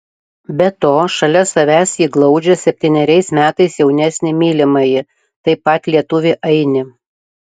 be to šalia savęs ji glaudžia septyneriais metais jaunesnį mylimąjį taip pat lietuvį ainį